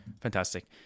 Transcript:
Fantastic